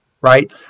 right